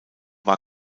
war